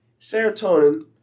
serotonin